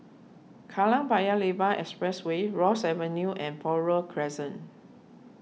Kallang Paya Lebar Expressway Ross Avenue and Buroh Crescent